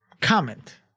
comment